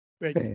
Great